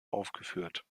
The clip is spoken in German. aufgeführt